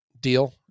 deal